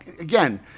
again